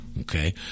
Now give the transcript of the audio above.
Okay